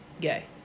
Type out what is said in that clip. gay